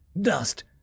Dust